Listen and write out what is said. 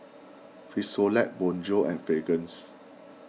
Frisolac Bonjour and Fragrance